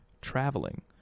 traveling